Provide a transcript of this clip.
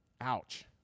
Ouch